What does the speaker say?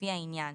לפי העניין,